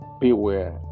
beware